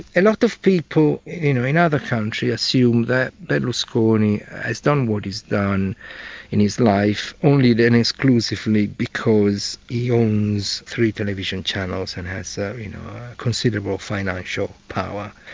a lot of people you know in other countries assumed that berlusconi has done what he's done in his life only then exclusively because he yeah owns three television channels and has so you know considerable financial power.